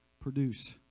produce